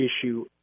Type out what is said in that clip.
issue